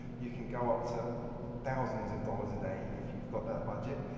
you can go up to thousands of dollars a day if you've got that budget.